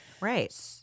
Right